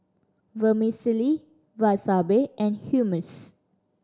Vermicelli Wasabi and Hummus